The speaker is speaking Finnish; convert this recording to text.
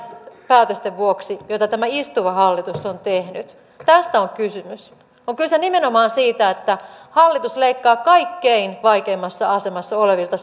päätösten vuoksi joita tämä istuva hallitus on tehnyt tästä on kysymys on kyse nimenomaan siitä että hallitus leikkaa kaikkein vaikeimmassa asemassa olevilta